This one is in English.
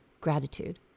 gratitude